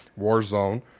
Warzone